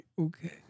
Okay